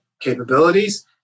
capabilities